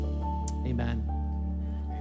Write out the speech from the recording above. amen